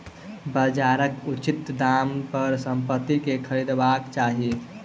बजारक उचित दाम पर संपत्ति के खरीदबाक चाही